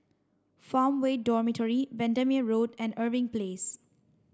Farmway Dormitory Bendemeer Road and Irving Place